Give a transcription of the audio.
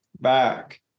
back